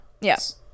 Yes